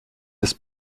des